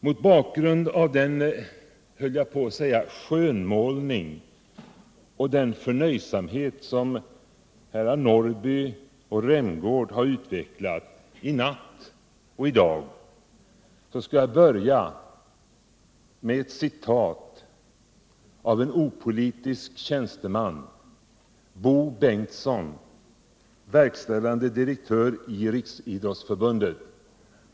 Mot bakgrund av den, höll jag på att säga, skönmålning och den förnöjsamhet som herrar Norrby och Rämgård har utvecklat skall jag citera en opolitisk tjänsteman, Bo Bengtsson, verkställande direktör i Riksidrottsförbundet.